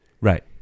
Right